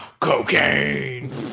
Cocaine